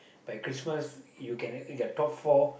by Christmas you can add in their top four